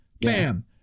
bam